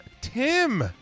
Tim